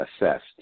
assessed